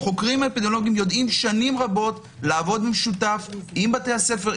החוקרים האפידמיולוגיים יודעים שנים רבות לעבוד במשותף עם בתי הספר,